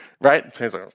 right